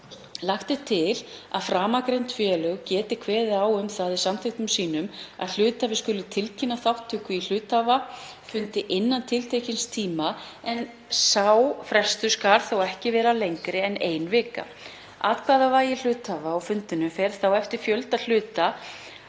Lagt er til að framangreind félög geti kveðið á um það í samþykktum sínum að hluthafi skuli tilkynna þátttöku í hluthafafundi innan tiltekins tíma en sá frestur skal þó ekki vera lengri en ein vika. Atkvæðavægi hluthafa á fundinum fer þá eftir fjölda hluta